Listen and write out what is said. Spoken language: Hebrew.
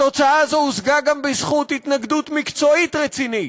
התוצאה הזאת הושגה גם בזכות התנגדות מקצועית רצינית,